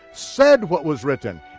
said what was written,